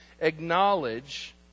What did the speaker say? acknowledge